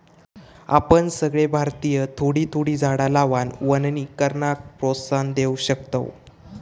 आपण सगळे भारतीय थोडी थोडी झाडा लावान वनीकरणाक प्रोत्साहन देव शकतव